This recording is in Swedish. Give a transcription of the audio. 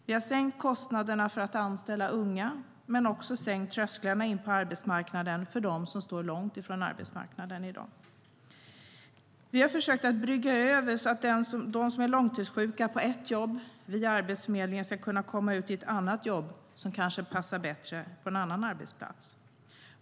Vi har sänkt kostnaderna för att anställa unga men också sänkt trösklarna in på arbetsmarknaden för dem som står långt ifrån arbetsmarknaden i dag. Vi har försökt att brygga över, så att de som är långtidssjuka på ett jobb via Arbetsförmedlingen ska kunna komma ut på ett annat jobb som kanske passar bättre, på en annan arbetsplats.